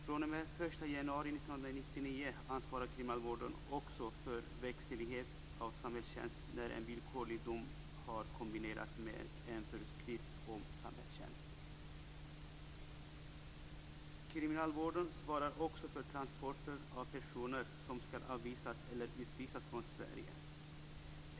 fr.o.m. den 1 januari 1999 ansvarar kriminalvården också för verkställighet av samhällstjänst när en villkorlig dom har kombinerats med en föreskrift om samhällstjänst. Kriminalvården svarar också för transporter av personer som skall avvisas eller utvisas från Sverige.